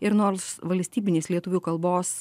ir nors valstybinis lietuvių kalbos